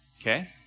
Okay